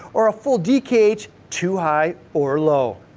or a full dkh too high or low.